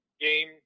game